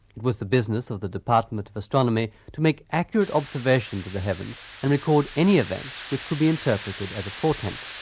it was the business of the department of astronomy to make accurate observations of the heavens and record any events which could be interpreted as a portent.